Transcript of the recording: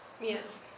Yes